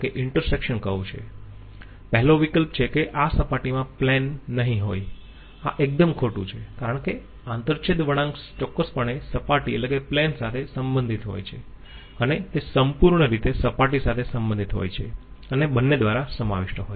પહેલો વિકલ્પ છે કે આ સપાટીમાં નહીં હોય આ એકદમ ખોટું છે કારણ કે આંતરછેદ વળાંક ચોક્કસપણે સપાટી સાથે સંબંધિત હોય છે અને તે સંપૂર્ણ રીતે સપાટી સાથે સંબંધિત હોય છે અને બંને દ્વારા સમાવિષ્ટ હોય છે